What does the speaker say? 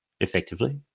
effectively